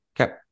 Okay